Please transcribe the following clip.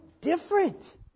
different